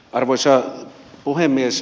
arvoisa puhemies